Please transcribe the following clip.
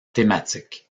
thématique